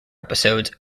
episodes